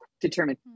determined